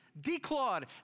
declawed